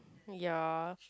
ya